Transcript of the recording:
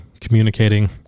communicating